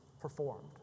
performed